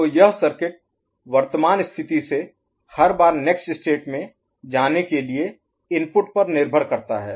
तो यह सर्किट वर्तमान स्थिति से हर बार नेक्स्ट स्टेट में जाने के लिए इनपुट पर निर्भर करता है